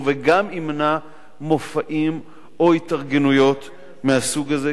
וגם ימנע מופעים או התארגנויות מהסוג הזה,